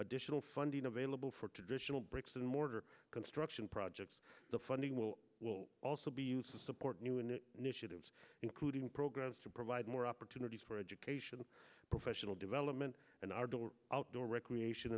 additional funding available for traditional bricks and mortar construction projects the funding will also be used to support new in it including programs to provide more opportunities for education and professional development and our door outdoor recreation